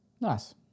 Nice